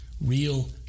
real